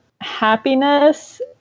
happiness